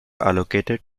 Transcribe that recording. allocated